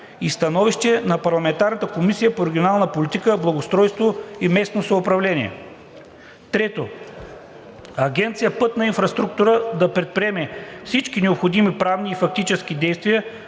и становище на Парламентарната комисия по регионална политика, благоустройство и местно самоуправление. 3. Агенция „Пътна инфраструктура“ да предприеме всички необходими правни и фактически действия